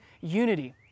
unity